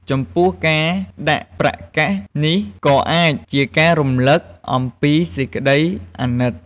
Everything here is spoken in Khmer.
ចំពោះការដាក់ប្រាក់កាក់នេះក៏អាចជាការរំលឹកអំពីសេចក្ដីអាណិត។